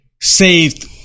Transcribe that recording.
Saved